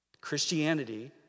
Christianity